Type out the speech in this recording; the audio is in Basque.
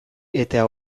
eta